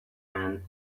man